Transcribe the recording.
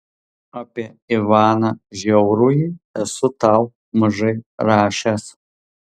apie ivaną žiaurųjį esu tau mažai rašęs